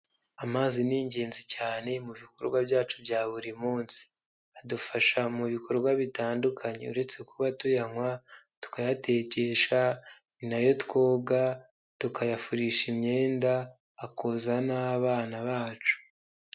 Amazi ni ingenzi cyane mu bikorwa byacu bya buri munsi, adufasha mu bikorwa bitandukanye uretse kuba tuyanywa, tukayatekesha, ni nayo twoga, tukayafurisha imyenda, akoza n'abana bacu.